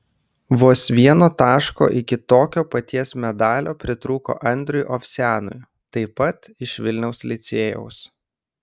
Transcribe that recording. vos vieno taško iki tokio paties medalio pritrūko andriui ovsianui taip pat iš vilniaus licėjaus